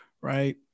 right